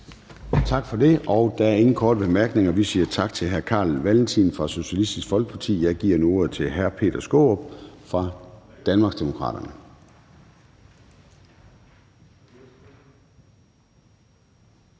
Tak for det. Der er ingen korte bemærkninger, så vi siger tak til hr. Carl Valentin fra Socialistisk Folkeparti. Jeg giver nu ordet til hr. Peter Skaarup fra Danmarksdemokraterne.